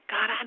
God